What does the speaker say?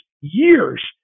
years